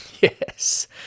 Yes